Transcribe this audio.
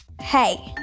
Hey